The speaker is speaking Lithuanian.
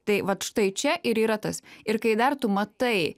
tai vat štai čia ir yra tas ir kai dar tu matai